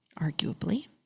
arguably